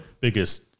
biggest